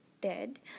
dead